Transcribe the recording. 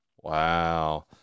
Wow